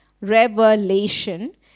revelation